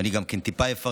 ואני גם אפרט טיפה.